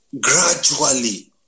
gradually